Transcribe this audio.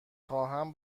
خواهم